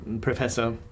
Professor